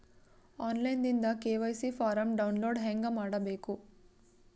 On line ದಿಂದ KYC form download ಹೇಂಗ ಮಾಡಬೇಕು?